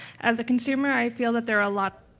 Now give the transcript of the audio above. as a consumer, i feel that there are a lot.